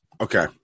okay